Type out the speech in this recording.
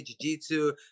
jiu-jitsu